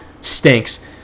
Stinks